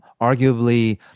arguably